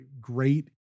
Great